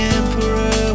emperor